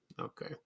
okay